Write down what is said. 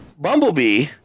Bumblebee